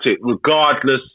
regardless